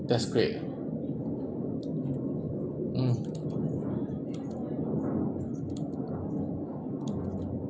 that's great mm